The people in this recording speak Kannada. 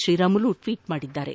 ಶ್ರೀರಾಮುಲು ಟ್ವೀಟ್ ಮಾಡಿದ್ದಾರೆ